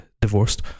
divorced